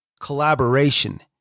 collaboration